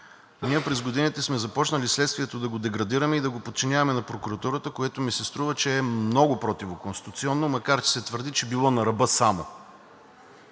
ние през годините сме започнали следствието да го деградираме и да го подчиняваме на прокуратурата, което ми се струва, че е много противоконституционно, макар че се твърди, че било на ръба само.